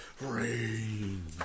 Rain